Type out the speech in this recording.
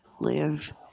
live